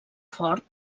fort